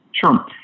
Sure